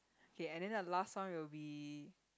okay and then the last one will be